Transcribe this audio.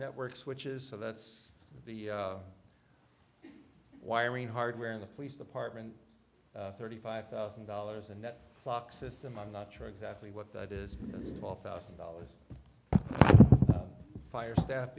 networks which is a that's the wiring hardware in the police department thirty five thousand dollars and that lock system i'm not sure exactly what that is twelve thousand dollars fire staff